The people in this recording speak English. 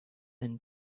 and